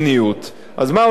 אז מה עושה הממשלה?